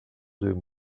deux